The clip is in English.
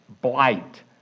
blight